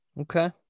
Okay